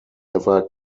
ever